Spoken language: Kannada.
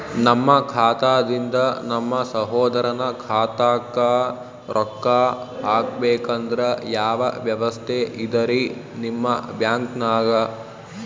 ನಮ್ಮ ಖಾತಾದಿಂದ ನಮ್ಮ ಸಹೋದರನ ಖಾತಾಕ್ಕಾ ರೊಕ್ಕಾ ಹಾಕ್ಬೇಕಂದ್ರ ಯಾವ ವ್ಯವಸ್ಥೆ ಇದರೀ ನಿಮ್ಮ ಬ್ಯಾಂಕ್ನಾಗ?